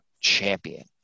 champion